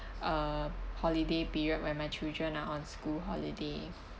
uh holiday period when my children are on school holiday